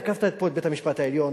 תקפת פה את בית-המשפט העליון,